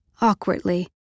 awkwardly